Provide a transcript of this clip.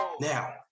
Now